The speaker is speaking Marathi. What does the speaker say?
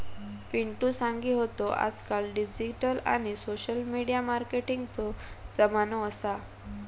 पिंटु सांगी होतो आजकाल डिजिटल आणि सोशल मिडिया मार्केटिंगचो जमानो असा